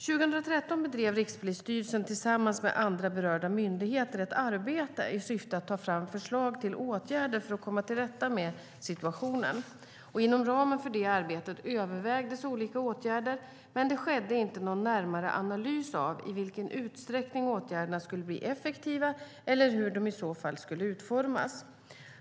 Under 2013 bedrev Rikspolisstyrelsen tillsammans med andra berörda myndigheter ett arbete i syfte att ta fram förslag till åtgärder för att komma till rätta med situationen. Inom ramen för det arbetet övervägdes olika åtgärder, men det skedde inte någon närmare analys av i vilken utsträckning åtgärderna skulle bli effektiva eller hur de i så fall skulle utformas.